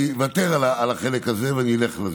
אני אוותר על החלק הזה ואני אמשיך הלאה.